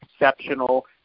exceptional